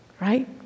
right